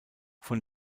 von